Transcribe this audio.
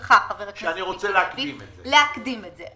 להקדים את זה.